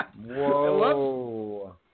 Whoa